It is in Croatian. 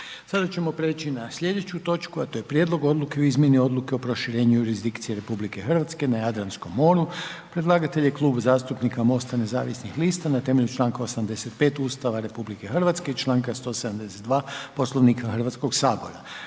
Sada ćemo prijeći na slijedeću točku, a to je: - Prijedlog odluke o izmjeni odluke o proširenju jurisdikcije RH na Jadranskom moru. Predlagatelj je Klub zastupnika MOST-a nezavisnih lista na temelju čl. 85. Ustava RH i čl. 172. Poslovnika HS. Raspravu